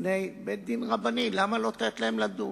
בפני בית-דין רבני, למה לא לתת להם לדון?